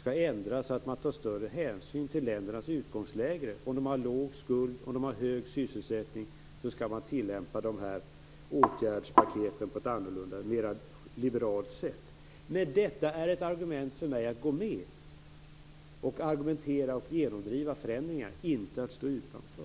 skall ändras så, att man tar större hänsyn till ländernas utgångsläge. Om länderna har låg skuld och hög sysselsättning skall man tillämpa åtgärdspaketen på ett mera liberalt sätt. Detta är för mig dock ett argument för att vi skall gå med, och förfäkta och genomdriva förändringar, inte för att vi skall stå utanför.